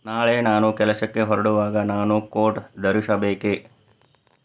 ನಾಳೆ ನಾನು ಕೆಲಸಕ್ಕೆ ಹೊರಡುವಾಗ ನಾನು ಕೋಟ್ ಧರಿಸಬೇಕೇ